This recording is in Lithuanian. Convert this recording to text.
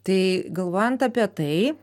tai galvojant apie tai